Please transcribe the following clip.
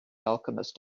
alchemist